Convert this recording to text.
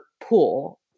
pool